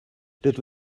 rydw